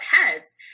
heads